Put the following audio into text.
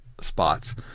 spots